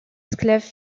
esclaves